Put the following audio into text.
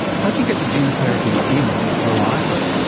how do you get the gene therapy in reliably?